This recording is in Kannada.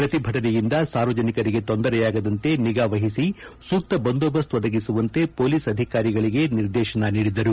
ಪ್ರತಿಭಟನೆಯಿಂದ ಸಾರ್ವಜನಿಕರಿಗೆ ತೊಂದರೆಯಾಗದಂತೆ ನಿಗಾವಹಿಸಿ ಸೂಕ್ತ ಬಂದೋಬಸ್ತ್ ಒದಗಿಸುವಂತೆ ಪೊಲೀಸ್ ಅಧಿಕಾರಿಗಳಿಗೆ ನಿರ್ದೇಶನ ನೀಡಿದರು